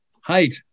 height